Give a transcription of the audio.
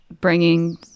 bringing